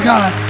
God